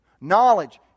Knowledge